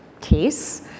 case